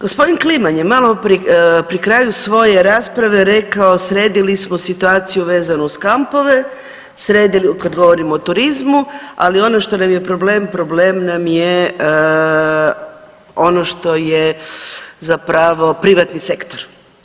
Gospodin Kliman je maloprije pri kraju svoje rasprave rekao sredili smo situaciju vezanu uz kampove kad govorimo o turizmu, ali ono što nam je problem problem nam je ono što je zapravo privatni sektor.